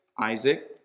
Isaac